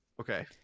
Okay